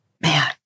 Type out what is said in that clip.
man